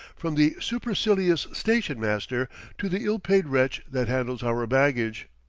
from the supercilious station-master to the ill-paid wretch that handles our baggage.